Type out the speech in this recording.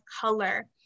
color